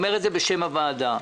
בשם הוועדה,